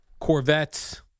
Corvettes